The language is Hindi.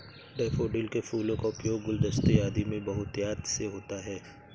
डैफोडिल के फूलों का उपयोग गुलदस्ते आदि में बहुतायत से होता है